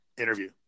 interview